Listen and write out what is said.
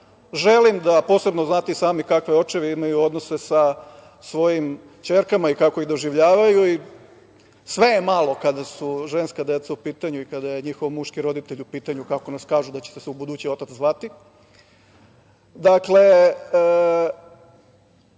Želim da posebno, znate i sami kakve očevi imaju odnose sa svojim ćerkama i kako ih doživljavaju i sve je malo kada su ženska deca u pitanju i kada je njihov muški roditelj u pitanju, kako kažu da će se ubuduće otac zvati,